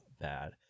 bad